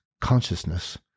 consciousness